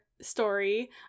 story